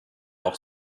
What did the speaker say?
auch